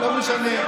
לא משנה,